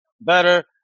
better